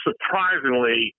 Surprisingly